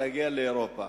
להגיע לאירופה.